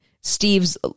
Steve's